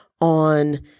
on